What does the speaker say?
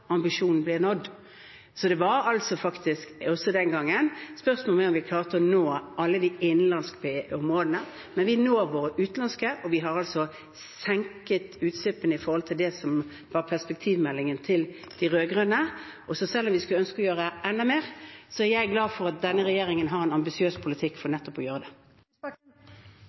ambisjonen blir nådd. Også den gangen var det faktisk et spørsmål om vi klarte å nå alle de innenlandske målene. Men vi når våre utenlandske. Vi har senket utslippene i forhold til det som var de rød-grønnes perspektivmelding. Selv om vi skulle ønske å gjøre enda mer, er jeg glad for at denne regjeringen har en ambisiøs politikk for nettopp å gjøre det.